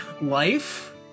life